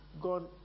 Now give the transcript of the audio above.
gone